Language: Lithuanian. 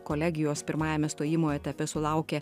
kolegijos pirmajame stojimo etape sulaukia